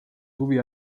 huvi